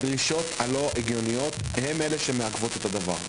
הדרישות הלא הגיוניות הן אלה שמעכבות את הדבר הזה.